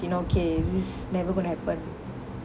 you know okays this is never going to happen